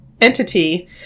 entity